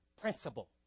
principle